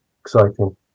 exciting